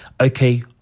Okay